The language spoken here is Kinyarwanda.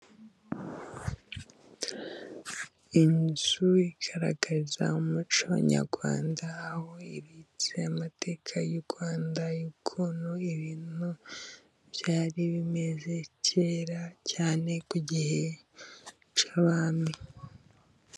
Inzu igaragaza umuco nyarwanda, aho ibitse amateka y'u Rwanda y'ukuntu ibintu byari bimeze kera cyane ku gihe cy'abami.